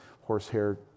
horsehair